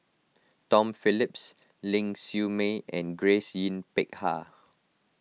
Tom Phillips Ling Siew May and Grace Yin Peck Ha